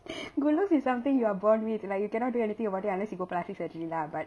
good looks is something you are born with like you cannot do anything about it unless you go plastic surgery lah but